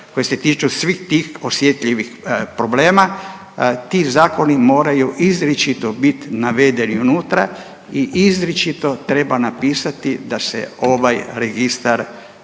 koji se tiču svih tih osjetljivih problema, ti zakoni moraju izričito bit navedeni unutra i izričito treba napisati da se ovaj registar